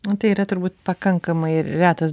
nu tai yra turbūt pakankamai retas